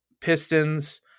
Pistons